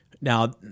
Now